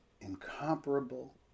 incomparable